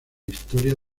historia